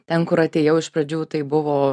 ten kur atėjau iš pradžių tai buvo